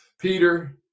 Peter